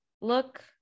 look